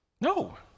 No